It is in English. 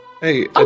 Hey